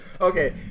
Okay